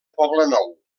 poblenou